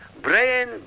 brain